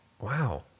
Wow